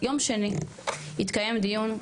יום שני התקיים דיון,